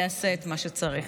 יעשה את מה שצריך.